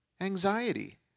Anxiety